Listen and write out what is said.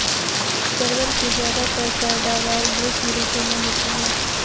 परवल की ज्यादातर पैदावार ग्रीष्म ऋतु में होती है